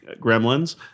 gremlins